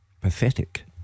Pathetic